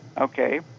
okay